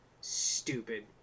stupid